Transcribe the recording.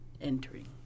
entering